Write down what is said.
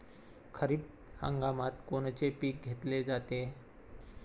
खरिप हंगामात कोनचे पिकं घेतले जाते?